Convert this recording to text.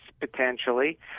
potentially